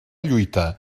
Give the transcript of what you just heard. lluita